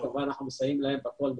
כמובן אנחנו מסייעים להם בכל,